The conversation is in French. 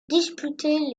disputer